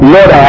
Lord